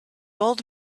old